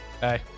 Hey